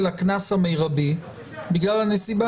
זה קטין ופה זה קשיש אבל זה אותו סימן,